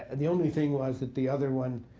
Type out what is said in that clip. and the only thing was that the other one,